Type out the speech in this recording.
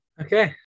Okay